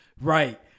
Right